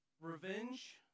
revenge